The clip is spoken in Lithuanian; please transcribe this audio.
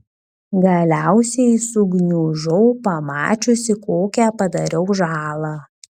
galiausiai sugniužau pamačiusi kokią padariau žalą